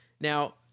Now